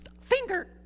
finger